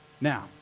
Now